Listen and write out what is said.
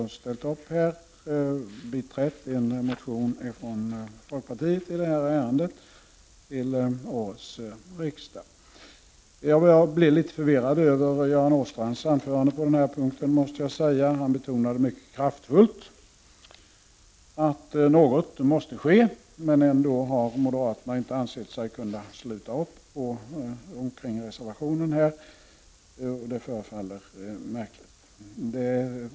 Vi har biträtt en motion från folkpartiet i detta ärende till årets riksdag. Jag blev litet förvirrad över Göran Åstrands anförande på denna punkt. Han betonade mycket kraftfullt att något måste ske. Ändå har moderaterna inte ansett sig kunna sluta upp kring reservationen, och det förefaller mig märkligt.